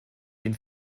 den